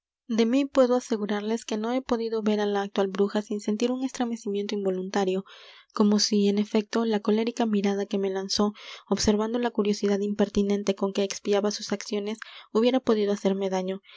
de mí puedo asegurarles que no he podido ver á la actual bruja sin sentir un estremecimiento involuntario como si en efecto la colérica mirada que me lanzó observando la curiosidad impertinente con que expiaba sus acciones hubiera podido hacerme daño